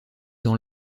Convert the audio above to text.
dans